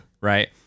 Right